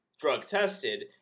drug-tested